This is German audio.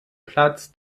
platz